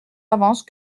avance